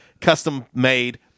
custom-made